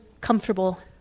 comfortable